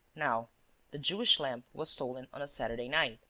now the jewish lamp was stolen on a saturday night.